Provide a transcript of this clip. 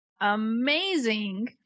amazing